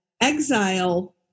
exile